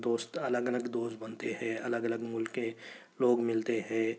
دوست الگ الگ دوست بنتے ہیں الگ الگ مُلک کے لوگ مِلتے ہیں